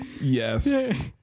Yes